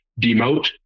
demote